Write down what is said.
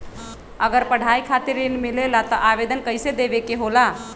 अगर पढ़ाई खातीर ऋण मिले ला त आवेदन कईसे देवे के होला?